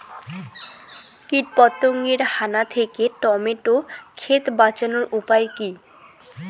কীটপতঙ্গের হানা থেকে টমেটো ক্ষেত বাঁচানোর উপায় কি?